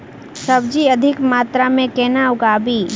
सब्जी अधिक मात्रा मे केना उगाबी?